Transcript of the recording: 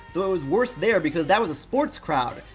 though it was worse there because that was a sports crowd!